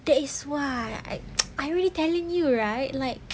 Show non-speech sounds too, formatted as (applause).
that is why I (noise) I already telling you right like